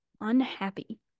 unhappy